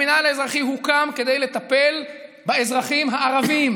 המינהל האזרחי הוקם כדי לטפל באזרחים הערבים.